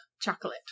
chocolate